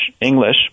English